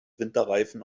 winterreifen